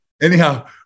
Anyhow